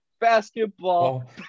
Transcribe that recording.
basketball